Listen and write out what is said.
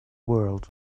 world